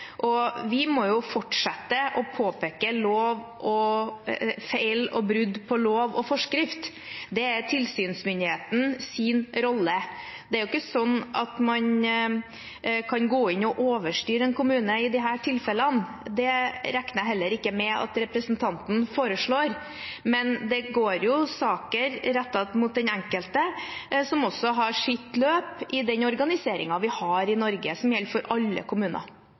Vi må fortsette å påpeke feil og brudd på lov og forskrift. Det er tilsynsmyndighetens rolle. Det er ikke sånn at man kan gå inn og overstyre en kommune i disse tilfellene. Det regner jeg heller ikke med at representanten foreslår. Men det går jo saker rettet mot den enkelte, som også har sitt løp, i den organiseringen vi har i Norge, som gjelder for alle kommuner.